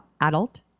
adult